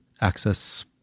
access